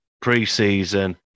pre-season